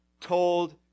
told